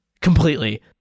completely